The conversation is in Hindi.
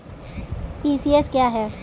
ई.सी.एस क्या है?